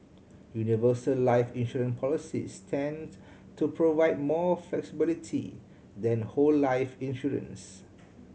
universal life insurance policies tend to provide more flexibility than whole life insurance